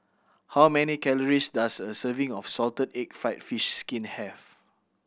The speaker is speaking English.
how many calories does a serving of salted egg fried fish skin have